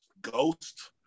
Ghost